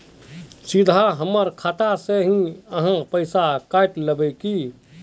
सीधा हमर खाता से ही आहाँ पैसा काट लेबे की?